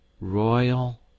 Royal